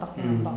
mm